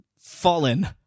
fallen